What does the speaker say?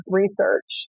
research